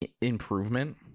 improvement